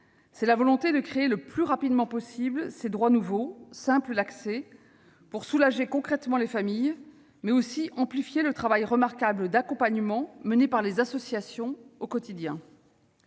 c'est la volonté de créer le plus rapidement possible des droits nouveaux, simples d'accès, pour soulager concrètement les familles, mais aussi amplifier le travail remarquable d'accompagnement mené par les associations au quotidien.